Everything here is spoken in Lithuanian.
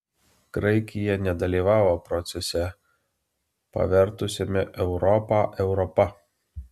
graikija nedalyvavo procese pavertusiame europą europa